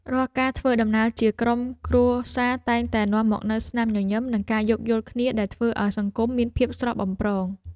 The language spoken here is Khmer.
រាល់ការធ្វើដំណើរជាក្រុមគ្រួសារតែងតែនាំមកនូវស្នាមញញឹមនិងការយោគយល់គ្នាដែលធ្វើឱ្យសង្គមមានភាពស្រស់បំព្រង។